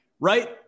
Right